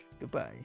Goodbye